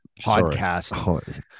podcast